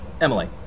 Emily